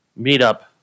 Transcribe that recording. meetup